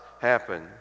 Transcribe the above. happen